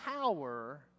power